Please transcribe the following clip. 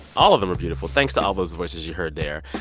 all of them were beautiful. thanks to all those voices you heard there,